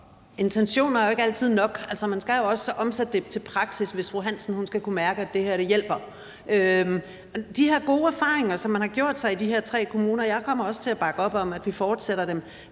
Intentioner er jo ikke altid nok. Altså, man skal jo også omsætte det til praksis, hvis fru Hansen skal kunne mærke, at det her hjælper. Med hensyn til de gode erfaringer, som man har gjort sig i de her tre kommuner – og jeg kommer også til at bakke op om, at vi fortsætter med